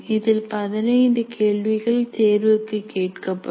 இதில் 15 கேள்விகள் தேர்வுக்கு கேட்கப்படும்